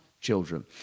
children